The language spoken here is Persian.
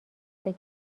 سکه